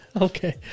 Okay